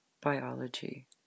biology